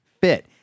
fit